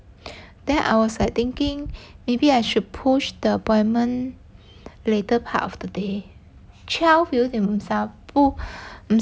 then I was like thinking maybe I should push the appointment later part of the day twelve 有点不